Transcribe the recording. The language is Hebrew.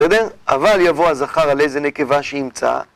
בסדר, אבל יבוא הזכר על איזה נקבה שימצא